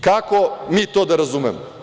Kako mi to da razumemo?